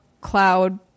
Cloud